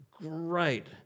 great